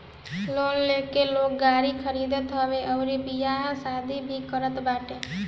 loan लेके लोग गाड़ी खरीदत हवे अउरी बियाह शादी भी करत बाटे